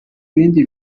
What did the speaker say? bindi